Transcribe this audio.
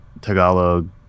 tagalog